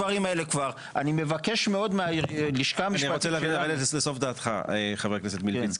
אני רוצה לרדת לסוף דעתך, חבר הכנסת מלביצקי.